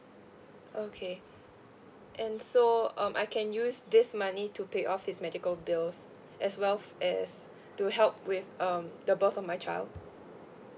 okay and so um I can use this money to pay off his medical bills as well as to help with um the birth of my child